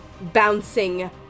bouncing